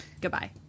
Goodbye